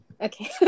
Okay